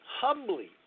humbly